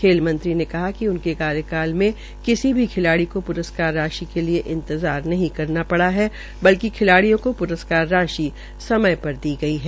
खेलमंत्री ने कहा कि उनके कार्यकाल के दौरान किसी भी खिलाड़ी को प्रस्कार राशि के लिए इंतजार नही करना पड़ा है बल्कि खिलाडियों को प्रस्कार राशि समय पर दी गई है